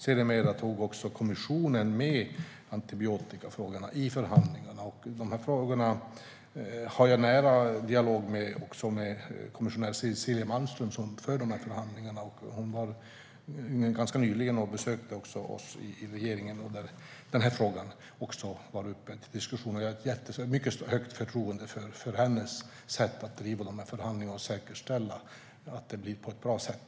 Sedermera tog kommissionen med antibiotikafrågorna i förhandlingarna. Jag har en nära dialog om dessa frågor med kommissionär Cecilia Malmström, som för förhandlingarna. Hon besökte oss i regeringen nyligen, och frågan var uppe till diskussion. Jag har ett mycket stort förtroende för hennes sätt att driva förhandlingarna och säkerställa att det blir på ett bra sätt.